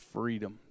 freedom